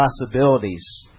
possibilities